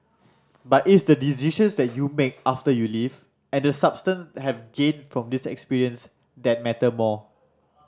but its the decisions that you make after you leave and the substance have gained from this experience that matter more